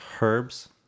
herbs